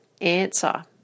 answer